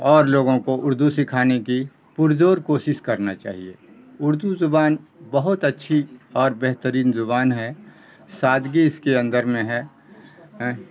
اور لوگوں کو اردو سکھانے کی پرزور کوشش کرنا چاہیے اردو زبان بہت اچھی اور بہترین زبان ہے سادگی اس کے اندر میں ہے